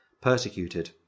persecuted